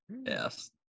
Yes